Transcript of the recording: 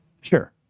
Sure